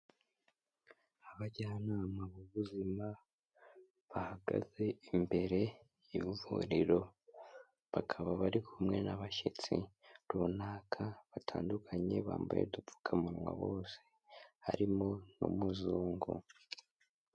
Abajyanama b'ubuzima bahagaze imbere y'ivuriro, bakaba bari kumwe n'abashyitsi runaka batandukanye, bambaye udupfukamunwa bose, harimo n'umuzungu.